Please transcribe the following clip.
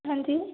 हां जी